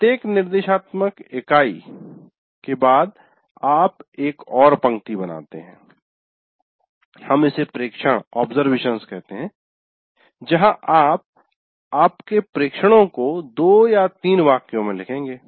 प्रत्येक निर्देशात्मक इकाई के बाद आप एक और पंक्ति बनाते हैं हम इसे प्रेक्षण कहते हैं जहाँ आप आपके प्रेक्षणों को 2 या 3 वाक्यों में लिखेंगे